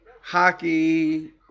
hockey